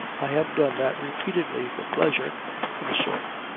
i have done that repeatedly for pleasure of a sort.